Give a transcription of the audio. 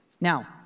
Now